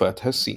תקופת השיא